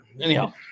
anyhow